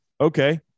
Okay